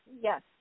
Yes